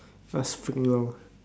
plus took me long